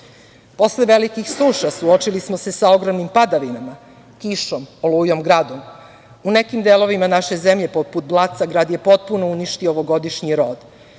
stado. Posle velikih suša suočili smo se sa ogromnim padavinama, kišom, olujom, gradom. U nekim delovima naše zemlje, poput Blaca, grad je potpuno uništio ovogodišnji rod,